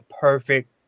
perfect